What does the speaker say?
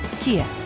Kia